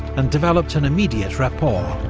and developed an immediate rapport.